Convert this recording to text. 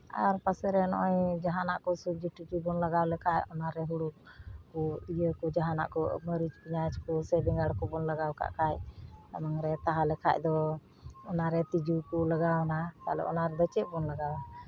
ᱟᱨ ᱯᱟᱥᱮᱨᱮᱱ ᱱᱚᱜᱼᱚᱭ ᱡᱟᱦᱟᱱᱟᱜ ᱠᱚ ᱥᱚᱵᱽᱡᱤ ᱴᱚᱵᱽᱡᱤ ᱵᱚᱱ ᱞᱟᱜᱟᱣ ᱞᱮᱠᱷᱟᱡ ᱚᱱᱟᱨᱮ ᱦᱩᱲᱩ ᱠᱚ ᱤᱭᱟᱹ ᱠᱚ ᱡᱟᱦᱟᱱᱟᱜ ᱠᱚ ᱢᱟᱹᱨᱤᱪ ᱯᱮᱸᱭᱟᱡᱽ ᱠᱚ ᱥᱮ ᱵᱮᱸᱜᱟᱲ ᱠᱚᱵᱚᱱ ᱞᱟᱜᱟᱣ ᱠᱟᱜ ᱠᱷᱟᱡ ᱛᱟᱦᱞᱮ ᱠᱷᱟᱱ ᱫᱚ ᱚᱱᱟᱨᱮ ᱛᱤᱸᱡᱩ ᱠᱚᱠᱚ ᱞᱟᱜᱟᱣᱱᱟ ᱛᱟᱦᱞᱮ ᱚᱱᱟ ᱨᱮᱫᱚ ᱪᱮᱫ ᱵᱚᱱ ᱞᱟᱜᱟᱣᱟ